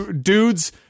dudes